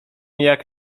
jak